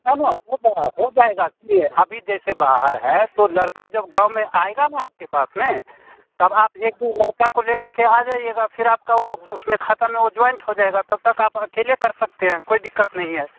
ना ना हो जा रहा है हो जाएगा सुनिए अभी जैसे बाहर है तो लड़का जब गाँव में आएगा ना आपके पास में तब आप एक दिन लड़का को ले करके आ जाईएगा फिर आपका वो उसमें खाता में वह जॉइंट हो जाईएगा तब तक आप अकेले कर सकते हैं कोई दिकत नहीं है